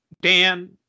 Dan